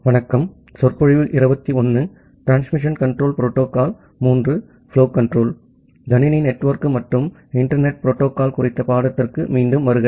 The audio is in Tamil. கம்ப்யூட்டர் நெட்வொர்க் மற்றும் இன்டெர்நெட் ப்ரோடோகால் குறித்த பாடத்திற்கு மீண்டும் வாருங்கள்